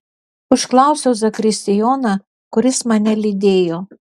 užklausiau zakristijoną kuris mane lydėjo